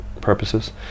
purposes